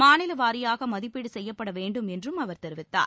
மாநில வாரியாக மதிப்பீடு செய்யப்பட வேண்டும் என்றும் அவர் தெரிவித்தார்